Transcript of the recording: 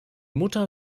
mutter